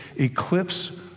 eclipse